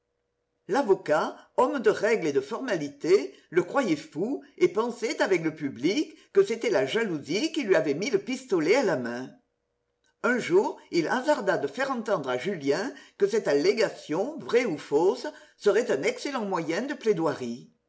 l'avocat homme de règle et de formalités le croyait fou et pensait avec le public que c'était la jalousie qui lui avait mis le pistolet à la main un jour il hasarda de faire entendre à julien que cette allégation vraie ou fausse serait un excellent moyen de plaidoirie